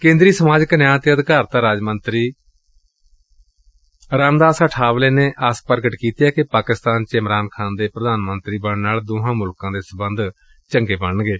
ਕੇ'ਦਰੀ ਸਮਾਜਿਕ ਨਿਆ' ਅਤੇ ਅਧਿਕਾਰਤਾ ਰਾਜ ਮੰਤਰੀ ਰਾਮਦਾਸ ਅਠਾਵਲੇ ਨੇ ਆਸ ਪ੍ਰਗਟ ਕੀਤੀ ਏ ਕਿ ਪਾਕਿਸਤਾਨ ਚ ਇਮਰਾਨ ਖਾਨ ਦੇ ਪ੍ਰਧਾਨ ਮੰਤਰੀ ਬਣਨ ਨਾਲ ਦੋਹਾਂ ਮੁਲਕਾਂ ਦੇ ਸਬੰਧ ਚੰਗੇ ਬਣਨਗੇ